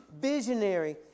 visionary